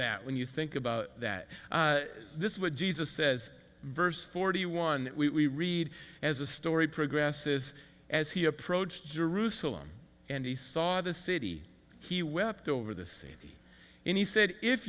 that when you think about that this would jesus says verse forty one we read as a story progresses as he approached jerusalem and he saw the city he wept over the city and he said if